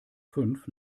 fünf